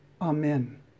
Amen